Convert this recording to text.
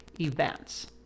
events